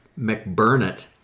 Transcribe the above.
McBurnett